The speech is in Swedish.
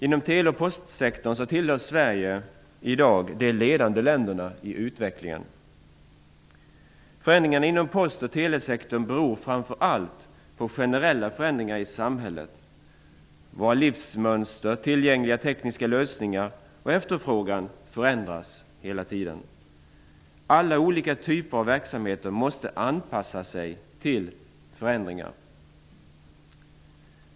Inom tele och postsektorn tillhör Sverige i dag de ledande länderna i utvecklingen. Förändringarna inom post och telesektorn beror framför allt på generella förändringar i samhället. Våra livsmönster, tillgängliga tekniska lösningar och efterfrågan förändras hela tiden. Alla olika typer av verksamheter måste anpassa sig till förändringarna.